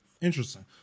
Interesting